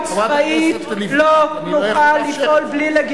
חברת הכנסת לבנת, אני לא יכול לאפשר את זה.